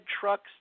trucks